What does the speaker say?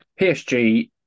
PSG